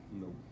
No